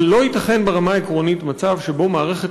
אבל לא ייתכן ברמה העקרונית מצב שבו מערכת